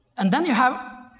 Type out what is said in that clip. and then you have a